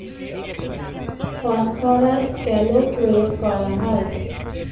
Phosphorus কেন প্রয়োগ করা হয়?